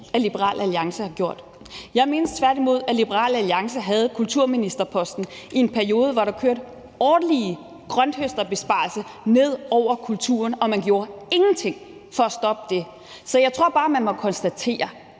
at Liberal Alliance har gjort. Jeg mindes tværtimod, at Liberal Alliance havde kulturministerposten i en periode, hvor der kørte årlige grønthøsterbesparelser ned over kulturen, og man gjorde ingenting for at stoppe det. Så jeg tror bare, at man må konstatere,